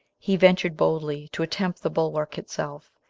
he ventured boldly to attempt the bulwark itself,